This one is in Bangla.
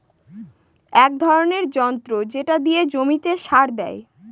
এক ধরনের যন্ত্র যেটা দিয়ে জমিতে সার দেয়